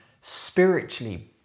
spiritually